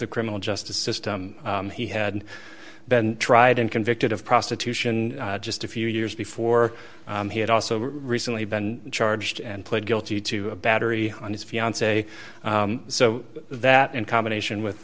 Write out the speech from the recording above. the criminal justice system he had been tried and convicted of prostitution just a few years before he had also recently been charged and pled guilty to a battery on his fiance so that in combination with